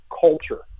culture